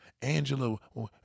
Angela